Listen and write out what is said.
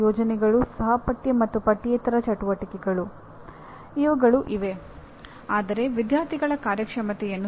ಮಾನ್ಯತೆಯ ಪ್ರಕ್ರಿಯೆಯು ಈ ಉದ್ದೇಶವನ್ನು ಪೂರೈಸುತ್ತದೆ